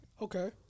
Okay